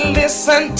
listen